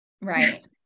right